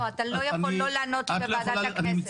אתה לא יכול שלא לענות לי בוועדת הכנסת.